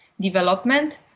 development